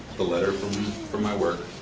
the letter from from my work,